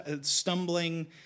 stumbling